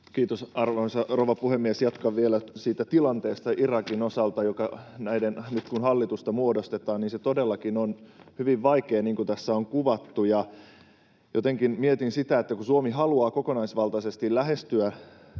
Kiitos, arvoisa rouva puhemies! Jatkan vielä siitä tilanteesta Irakin osalta, joka nyt, kun hallitusta muodostetaan, on todellakin hyvin vaikea, niin kuin tässä on kuvattu. Ja jotenkin mietin sitä, että kun Suomi haluaa kokonaisvaltaisesti lähestyä